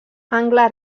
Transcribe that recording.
angle